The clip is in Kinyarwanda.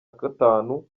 gatanu